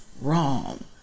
wrong